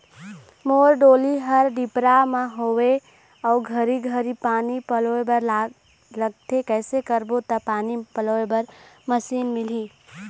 मोर डोली हर डिपरा म हावे अऊ घरी घरी पानी पलोए बर लगथे कैसे करबो त पानी पलोए बर मशीन मिलही?